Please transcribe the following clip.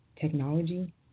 technology